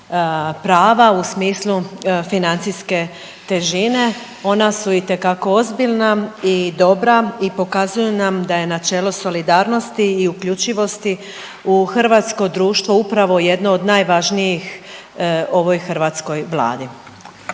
prava, u smislu financijske težine, ona su itekako ozbiljna i dobra i pokazuju nam da je načelo solidarnosti i uključivosti u hrvatsko društvo upravo jedno od najvažnijih ovoj hrvatskoj Vladi.